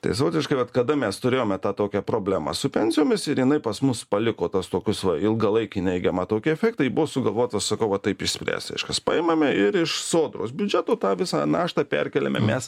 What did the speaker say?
tai savotiška vat kada mes turėjome tą tokią problemą su pensijomis ir jinai pas mus paliko tas tokius va ilgalaikį neigiamą tokį efektą ji buvo sugalvota sakau va taip išspręst reiškias paimame ir iš sodros biudžeto tą visą naštą perkeliame mes